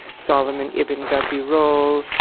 solomon ibn gabirol,